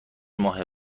ماه